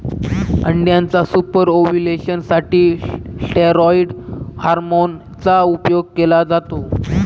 अंड्याच्या super ovulation साठी steroid hormone चा उपयोग केला जातो